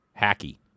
hacky